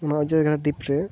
ᱱᱚᱣᱟ ᱚᱡᱚᱭ ᱜᱟᱰᱟ ᱰᱷᱤᱯ ᱨᱮ